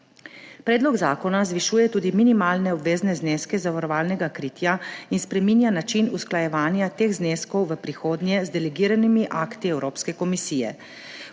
Predlog zakona zvišuje tudi minimalne obvezne zneske zavarovalnega kritja in spreminja način usklajevanja teh zneskov v prihodnje z delegiranimi akti Evropske komisije.